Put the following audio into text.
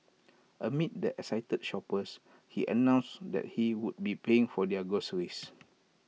amid the excited shoppers he announced that he would be paying for their groceries